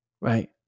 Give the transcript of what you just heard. Right